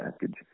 package